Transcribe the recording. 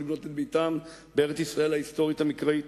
לבנות את ביתם בארץ-ישראל ההיסטורית המקראית.